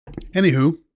Anywho